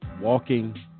Walking